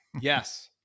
yes